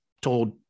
told